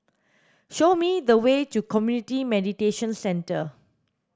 show me the way to Community Mediation Centre